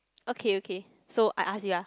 okay okay so I ask you ah